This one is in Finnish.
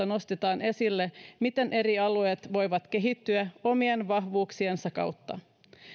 nostetaan esille se miten eri alueet voivat kehittyä omien vahvuuksiensa kautta